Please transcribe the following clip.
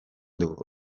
dugu